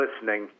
listening